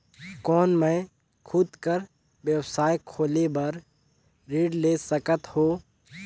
कौन मैं खुद कर व्यवसाय खोले बर ऋण ले सकत हो?